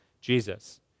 Jesus